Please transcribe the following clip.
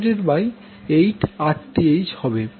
আমরা কিভাবে পেলাম